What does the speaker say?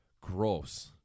gross